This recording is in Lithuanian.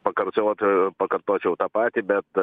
pakartota pakartočiau tą patį bet